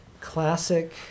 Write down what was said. classic